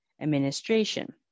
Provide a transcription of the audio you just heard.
administration